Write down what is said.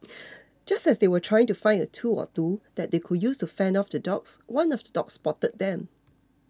just as they were trying to find a tool or two that they could use to fend off the dogs one of the dogs spotted them